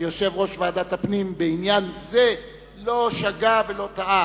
שיושב-ראש ועדת הפנים בעניין זה לא שגה ולא טעה,